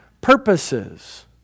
purposes